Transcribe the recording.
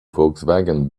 volkswagen